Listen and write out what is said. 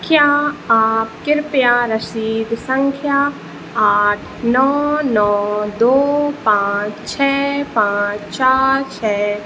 क्या आप कृपया रसीद संख्या आठ नौ नौ दो पाँच छः पाँच चार छः